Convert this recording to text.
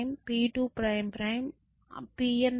Pn″ మ్